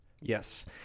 Yes